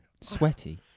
Sweaty